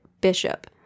bishop